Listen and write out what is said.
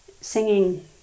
singing